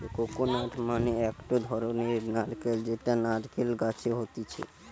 coconut মানে একটো ধরণের নারকেল যেটা নারকেল গাছে হতিছে